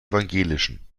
evangelischen